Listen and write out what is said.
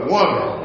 Woman